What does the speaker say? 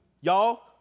Y'all